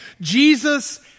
Jesus